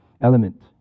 element